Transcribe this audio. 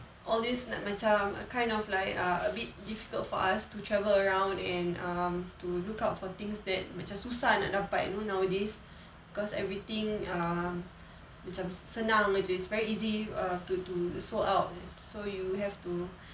all this like macam kind of like err a bit difficult for us to travel around and um to look out for things that macam susah nak dapat you know nowadays cause everything um macam senang aje is very easy err to to sold out so you have to